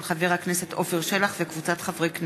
של חבר הכנסת עפר שלח וקבוצת חברי הכנסת,